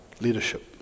Leadership